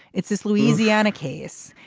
it's this louisiana case.